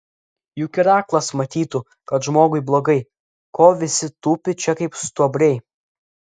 juk ir aklas matytų kad žmogui blogai ko visi tupi čia kaip stuobriai